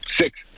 six